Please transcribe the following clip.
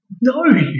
No